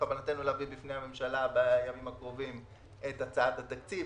בכוונתנו להביא בפני הממשלה בימים הקרובים את הצעת התקציב,